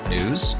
News